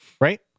Right